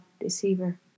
deceiver